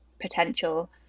potential